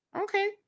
Okay